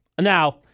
Now